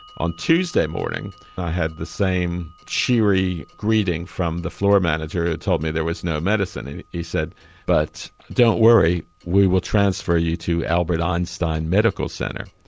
on tuesday morning i had the same cheery greeting from the floor manager who told me there was no medicine, and he said but don't worry, we will transfer you to albert einstein medical centre.